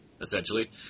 essentially